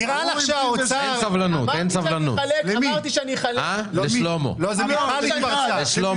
אמרתי שאני אחלק לשלוש